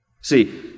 See